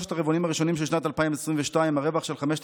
בשלושת הרבעונים הראשונים של שנת 2022 הרווח של חמשת